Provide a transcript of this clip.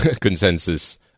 consensus